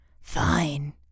Fine